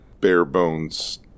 bare-bones